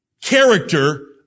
character